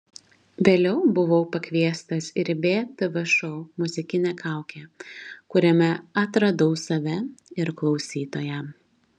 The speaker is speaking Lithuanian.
vėliau buvau pakviestas ir į btv šou muzikinė kaukė kuriame atradau save ir klausytoją